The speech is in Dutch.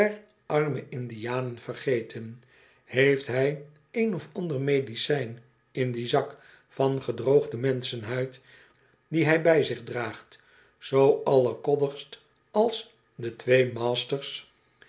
arme indianen vergeten heeft hij een of ander medicijn in dien zak van gedroogde menschenhuid dien hij bij zich draagt zoo allerkoddigst als de twee